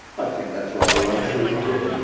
i think that's rather likely isn't it?